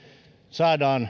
saadaan